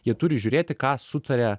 jie turi žiūrėti ką sutaria